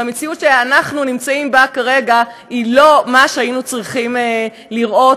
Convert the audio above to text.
והמציאות שאנחנו נמצאים בה כרגע היא לא מה שהיינו צריכים לראות,